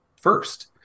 first